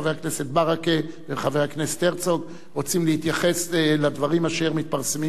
חבר הכנסת ברכה וחבר הכנסת הרצוג רוצים להתייחס לדברים אשר מתפרסמים